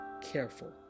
careful